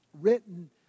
written